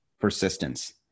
persistence